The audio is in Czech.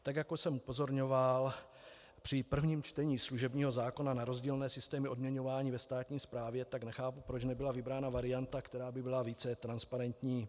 Tak jako jsem upozorňoval při prvním čtení služebního zákona na rozdílné systémy odměňování ve státní správě, tak nechápu, proč nebyla vybrána varianta, která by byla více transparentní.